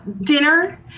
dinner